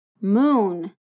moon